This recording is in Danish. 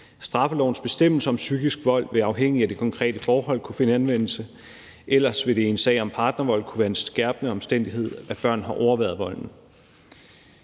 Straffelovens bestemmelse om psykisk vold vil afhængigt af det konkrete forhold kunne finde anvendelse. Ellers vil det i en sag om partnervold kunne være en skærpende omstændighed, at børn har overværet volden.